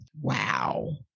Wow